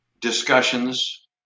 discussions